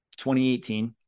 2018